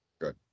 Good